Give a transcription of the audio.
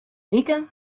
wiken